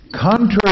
Contrary